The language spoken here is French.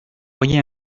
auriez